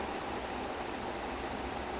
oh my god you should watch it it's amazing